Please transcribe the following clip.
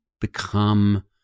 become